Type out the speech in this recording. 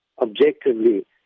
objectively